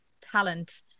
talent